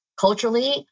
culturally